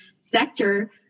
sector